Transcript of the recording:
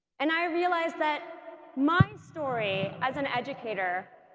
and i realized that my story as an educator